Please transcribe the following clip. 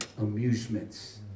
amusements